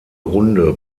runde